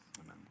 amen